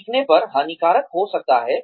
सीखने पर हानिकारक हो सकता है